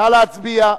נא להצביע.